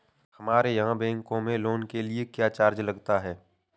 हमारे यहाँ बैंकों में लोन के लिए क्या चार्ज लगता है?